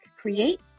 create